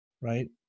right